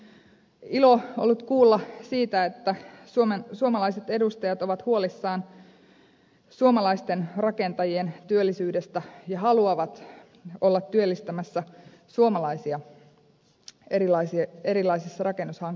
on ilo ollut kuulla siitä että suomalaiset edustajat ovat huolissaan suomalaisten rakentajien työllisyydestä ja haluavat olla työllistämässä suomalaisia erilaisissa rakennushankkeissa